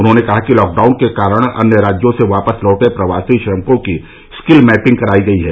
उन्होंने कहा कि लॉकडाउन के कारण अन्य राज्यों से वापस लौटे प्रवासी श्रमिकों की स्किल मैपिंग करायी गयी है